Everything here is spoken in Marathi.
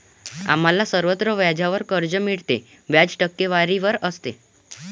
आम्हाला सर्वत्र व्याजावर कर्ज मिळते, व्याज टक्केवारीवर असते